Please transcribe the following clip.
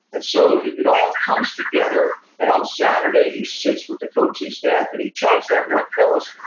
and so, it all comes together, and on saturday he sits with the coaching staff and he tells them look fellas,